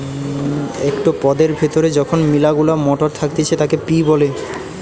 একটো পদের ভেতরে যখন মিলা গুলা মটর থাকতিছে তাকে পি বলে